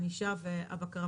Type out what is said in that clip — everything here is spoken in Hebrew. הענישה והבקרה.